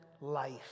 life